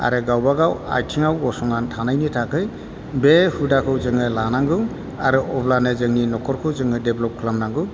आरो गावबा गाव आथिङाव गसंनानै थानायनि थाखाय बे हुदाखौ जोङो लानांगौ आरो अब्लानो जोंनि न'खरखौ जोङो डेभल'प खालामनांगौ